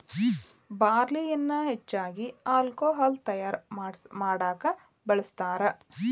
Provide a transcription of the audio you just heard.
ಬಾರ್ಲಿಯನ್ನಾ ಹೆಚ್ಚಾಗಿ ಹಾಲ್ಕೊಹಾಲ್ ತಯಾರಾ ಮಾಡಾಕ ಬಳ್ಸತಾರ